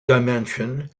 dimension